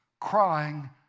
crying